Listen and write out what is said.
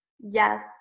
yes